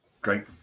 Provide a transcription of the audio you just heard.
Great